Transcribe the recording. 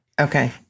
Okay